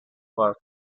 for